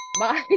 Bye